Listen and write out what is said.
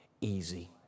easy